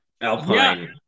Alpine